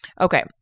Okay